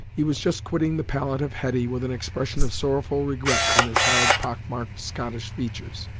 he was just quitting the pallet of hetty, with an expression of sorrowful regret on his hard, pock-marked scottish features,